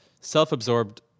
self-absorbed